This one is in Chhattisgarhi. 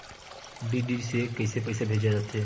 डी.डी से कइसे पईसा भेजे जाथे?